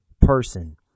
person